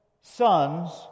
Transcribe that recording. sons